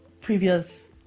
previous